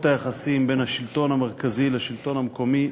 היחסים בין השלטון המרכזי לשלטון המקומי,